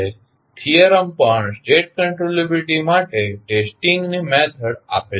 હવે થીયરમ પણ state controllability માટે ટેસ્ટીંગ ની મેથડ આપે છે